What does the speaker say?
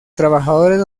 trabajadores